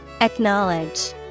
Acknowledge